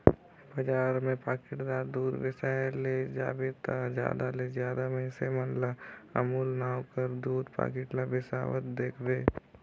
बजार में पाकिटदार दूद बेसाए ले जाबे ता जादा ले जादा मइनसे मन ल अमूल नांव कर दूद पाकिट ल बेसावत देखबे